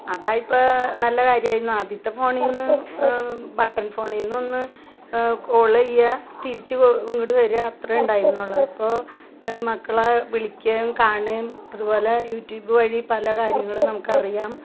അതാ ഇപ്പോൾ നല്ല കാര്യമായി നിന്ന് ആദ്യത്തെ ഫോണിന്ന് ബട്ടൺ ഫോണിൽ നിന്ന് ഒന്ന് കോൽ ചെയ്യുക തിരിച്ച ഇങ്ങോട്ട് വരുവ അത്രേയും ഉണ്ടായിരുന്നുള്ളു ഇപ്പോൾ മക്കളെ വിളിക്കുകയും കാണുകയും അത് പോലെ യൂട്യൂബ് വഴി പല കാര്യങ്ങളും നമുക്കറിയാം